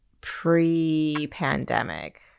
pre-pandemic